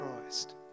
Christ